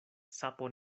sapo